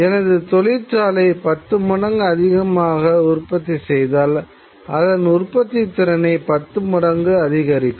எனது தொழிற்சாலை 10 மடங்கு அதிகமாக உற்பத்தி செய்தால் அதன் உற்பத்தித்திறனை 10 மடங்கு அதிகரிக்கும்